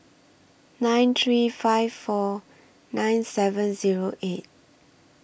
nine three five four nine seven Zero eight